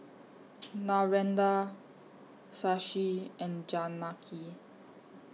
Narendra Shashi and Janaki